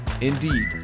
Indeed